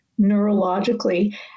neurologically